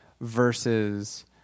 versus